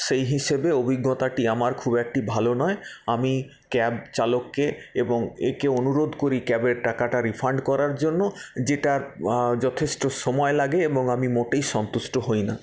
সেই হিসেবে অভিজ্ঞতাটি আমার খুব একটি ভালো নয় আমি ক্যাব চালককে এবং একে অনুরোধ করি ক্যাবের টাকাটা রিফান্ড করার জন্য যেটার যথেষ্ট সময় লাগে এবং আমি মোটেই সন্তুষ্ট হই না